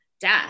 death